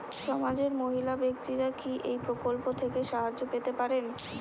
সমাজের মহিলা ব্যাক্তিরা কি এই প্রকল্প থেকে সাহায্য পেতে পারেন?